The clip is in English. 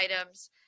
items